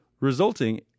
resulting